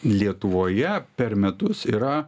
lietuvoje per metus yra